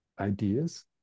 ideas